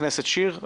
חברת הכנסת שיר.